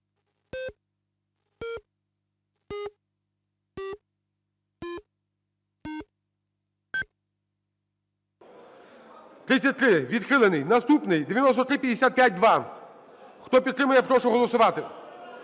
Відхилено. Наступний – 9355. Хто підтримує, прошу голосувати.